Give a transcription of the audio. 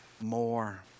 more